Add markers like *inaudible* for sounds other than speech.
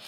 e *unintelligible*